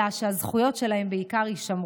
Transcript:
אלא בעיקר שהזכויות שלהם יישמרו.